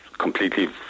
completely